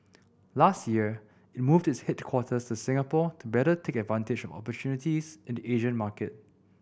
last year it moved its headquarters to Singapore to better take advantage of opportunities in the Asian market